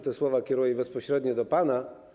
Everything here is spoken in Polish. Te słowa kieruję bezpośrednio do pana.